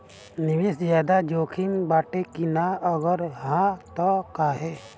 निवेस ज्यादा जोकिम बाटे कि नाहीं अगर हा तह काहे?